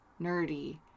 nerdy